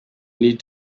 need